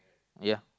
ya